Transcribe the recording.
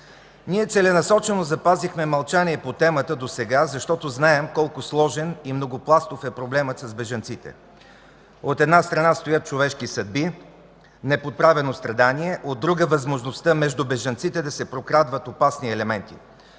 Ние целенасочено запазихме мълчание по темата досега, защото знаем колко сложен и многопластов е проблемът с бежанците. От една страна, стоят човешки съдби, неподправено страдание, от друга, възможността между бежанците да се прокрадват опасни елементи.